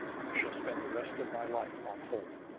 shall spend the rest of my life on holl!